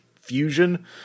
fusion